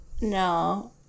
No